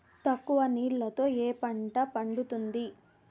తక్కువ నీళ్లతో ఏ పంట పండుతుంది?